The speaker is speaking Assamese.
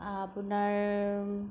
আপোনাৰ